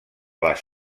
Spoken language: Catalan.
les